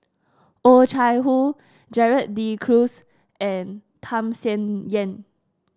Oh Chai Hoo Gerald De Cruz and Tham Sien Yen